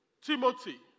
Timothy